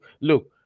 Look